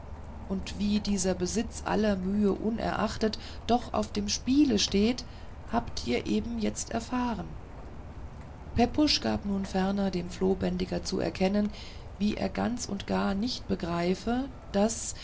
und wie dieser besitz aller mühe unerachtet doch auf dem spiele steht habt ihr eben jetzt erfahren pepusch gab nun ferner dem flohbändiger zu erkennen wie er ganz und gar nicht begreife daß